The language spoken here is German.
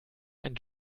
ein